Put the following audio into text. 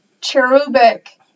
cherubic